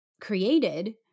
created